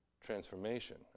transformation